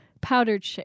powdered